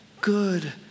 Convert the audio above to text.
good